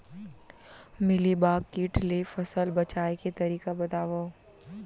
Mealybug किट ले फसल बचाए के तरीका बतावव?